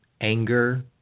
anger